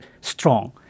strong